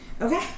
Okay